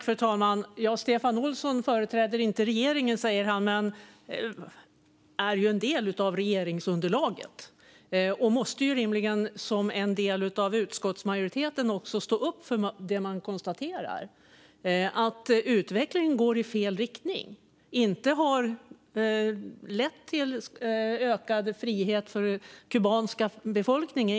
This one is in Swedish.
Fru talman! Stefan Olsson säger att han inte företräder regeringen. Men Moderaterna är ju en del av regeringsunderlaget och måste rimligen som en del av utskottsmajoriteten också stå upp för det man konstaterar, nämligen att utvecklingen går i fel riktning. Avtalet har inte lett till ökad frihet för den kubanska befolkningen.